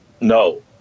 No